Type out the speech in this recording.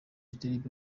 indirimbo